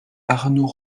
arnaud